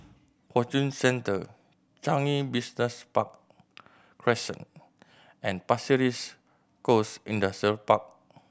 Fortune Centre Changi Business Park Crescent and Pasir Ris Coast Industrial Park